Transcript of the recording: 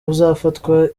uzafatwa